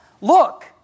Look